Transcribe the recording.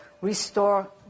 restore